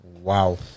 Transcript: Wow